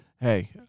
hey